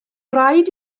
rhaid